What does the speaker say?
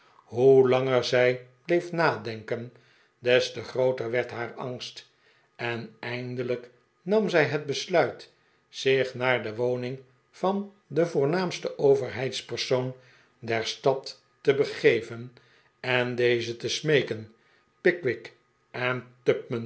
hoe langer zij bleef nadenken des te grooter werd haar angst en eindelijk nam zij het besluit zich naar de woning van den voornaamsten overheidspersoon der stad te begeven en dezen te smeeken pickwick en